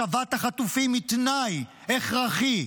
השבת החטופים היא תנאי הכרחי,